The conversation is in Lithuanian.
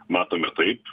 matome taip